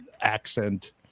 accent